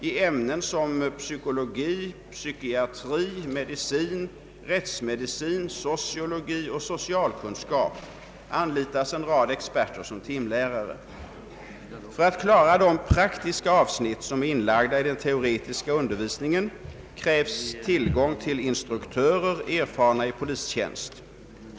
I ämnen som psykologi, psykiatri, medicin, rättsmedicin, sociologi och socialkunskap anlitas en rad experter som timlärare. För att klara de praktiska avsnitt som är inlagda i den teoretiska undervisningen krävs tillgång till instruktörer, erfarna i polistjänst.